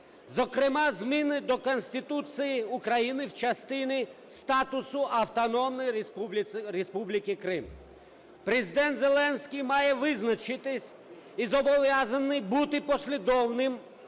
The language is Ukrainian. зокрема зміни до Конституції України в частині статусу Автономної Республіки Крим. Президент Зеленський має визначитись і зобов’язаний бути послідовним